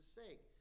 sake